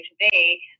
today